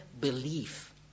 belief